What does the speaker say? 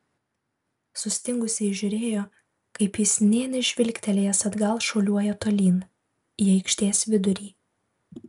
sustingusi ji žiūrėjo kaip jis nė nežvilgtelėjęs atgal šuoliuoja tolyn į aikštės vidurį